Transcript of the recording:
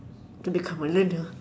to become a learner